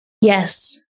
Yes